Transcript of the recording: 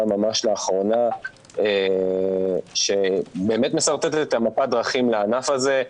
ממש לאחרונה שבאמת משרטטת את מפת הדרכים לענף הזה,